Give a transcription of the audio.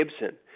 Gibson